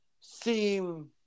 seem